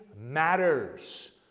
matters